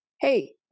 hey